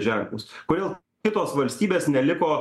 ženklus kodėl kitos valstybės neliko